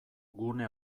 gune